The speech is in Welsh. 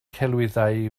celwyddau